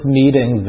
meeting